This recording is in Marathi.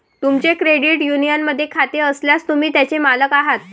तुमचे क्रेडिट युनियनमध्ये खाते असल्यास, तुम्ही त्याचे मालक आहात